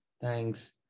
thanks